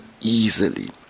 easily